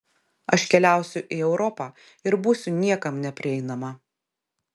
aš keliausiu į europą ir būsiu niekam neprieinama